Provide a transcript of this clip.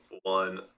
one